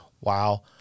wow